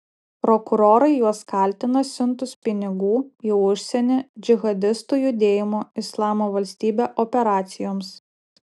prokurorai juos kaltina siuntus pinigų į užsienį džihadistų judėjimo islamo valstybė operacijoms